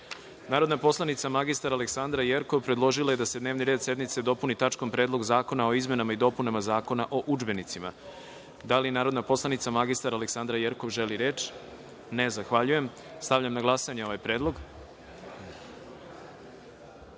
predlog. Narodna poslanica mr Aleksandra Jerkov predložila je da se dnevni red sednice dopuni tačkom – Predlog zakona o izmenama i dopunama Zakona o udžbenicima. Da li narodna poslanica mr Aleksandra Jerkov želi reč? (Ne)Stavljam na glasanje ovaj